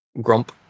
grump